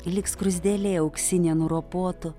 lyg skruzdėlė auksinė nuropotų